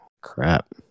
crap